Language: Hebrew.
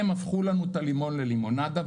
הם הפכו לנו את הלימון ללימונדה,